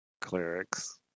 clerics